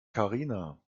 karina